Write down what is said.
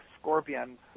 Scorpion